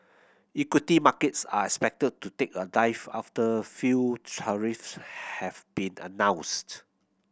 equity markets are expected to take a dive after few tariffs have been announced